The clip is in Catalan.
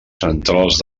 centrals